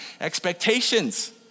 Expectations